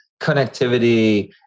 connectivity